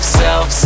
self